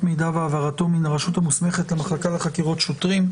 מידע והעברתו מן הרשות המוסמכת למחלקה לחקירות שוטרים),